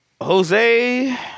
Jose